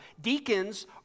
Deacons